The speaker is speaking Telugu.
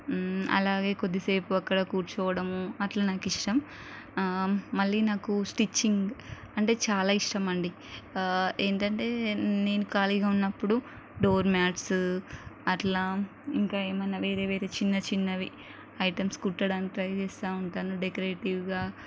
అలాగే కొద్దిసేపు అక్కడ కూర్చోవడము అట్లా నాకిష్టం మళ్ళీ నాకు స్టిచ్చింగ్ అంటే చాలా ఇష్టం అండి ఏంటంటే నేను ఖాళీగా ఉన్నప్పుడు డోర్మ్యాట్స్ అట్లా ఇంకా ఏమైనా వేరే వేరే చిన్న చిన్నవి ఐటమ్స్ కుట్టడానికి ట్రై చేస్తూ ఉంటాను డెకరేటివ్గా